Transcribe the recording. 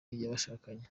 y’abashakanye